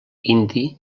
indi